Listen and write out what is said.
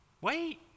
Wait